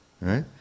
right